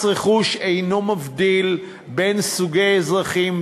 מס רכוש אינו מבדיל בין סוגי אזרחים,